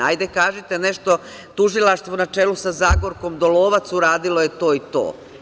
Hajde, kažite nešto - Tužilaštvo, na čelu sa Zagorkom Dolovac, uradilo je to i to.